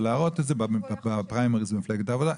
להראות את זה בפריימריס במפלגת העבודה,